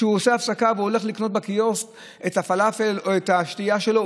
כשהוא עושה הפסקה והוא הולך לקנות בקיוסק את הפלאפל או את השתייה שלו,